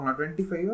25